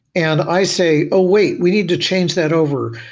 and i say, ah wait, we need to change that over.